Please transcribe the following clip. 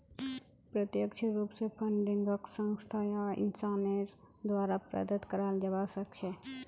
प्रत्यक्ष रूप स फंडिंगक संस्था या इंसानेर द्वारे प्रदत्त कराल जबा सख छेक